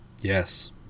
Yes